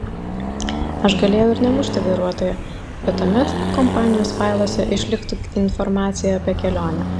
aš galėjau ir nemušti vairuotojo bet tuomet kompanijos failuose išliktų informacija apie kelionę